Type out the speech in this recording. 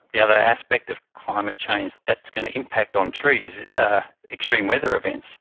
the other aspect of climate change that is going to impact on trees are extreme weather events.